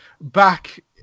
back